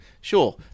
sure